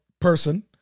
person